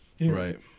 Right